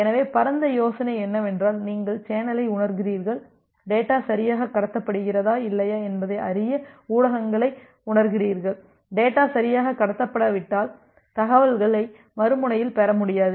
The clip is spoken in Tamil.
எனவே பரந்த யோசனை என்னவென்றால் நீங்கள் சேனலை உணர்கிறீர்கள் டேட்டா சரியாக கடத்தப்படுகிறதா இல்லையா என்பதை அறிய ஊடகங்களை உணர்கிறீர்கள் டேட்டா சரியாக கடத்தப்படாவிட்டால் தகவல்களை மறுமுனையில் பெற முடியாது